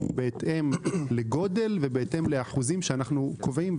בהתאם לגודל ובהתאם לאחוזים שאנחנו קובעים,